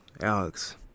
Alex